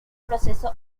proceso